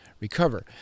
recover